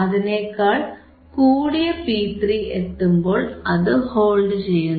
അതിനേക്കാൾ കൂടിയ P3 എത്തുമ്പോൾ അത് ഹോൾഡ് ചെയ്യുന്നു